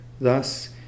Thus